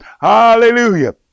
hallelujah